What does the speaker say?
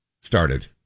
started